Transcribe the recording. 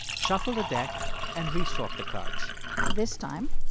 shuffle the deck and re-sort the cards this time,